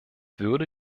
würde